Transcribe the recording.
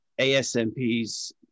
ASMP's